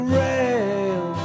rail